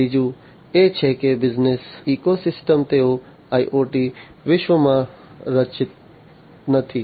ત્રીજું એ છે કે બિઝનેસ ઇકોસિસ્ટમ્સ તેઓ IoT વિશ્વમાં સંરચિત નથી